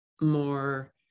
more